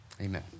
amen